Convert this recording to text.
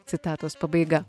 citatos pabaiga